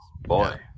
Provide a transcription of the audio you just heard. boy